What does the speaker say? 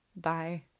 Bye